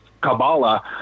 Kabbalah